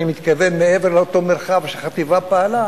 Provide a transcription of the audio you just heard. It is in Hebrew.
אני מתכוון מעבר לאותו מרחב שהחטיבה פעלה,